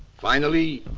finally,